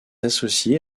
associée